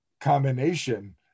combination